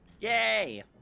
Yay